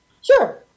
Sure